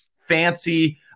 fancy